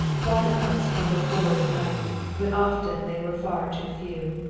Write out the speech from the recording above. water carts trundled forward at night, but often they were far too few.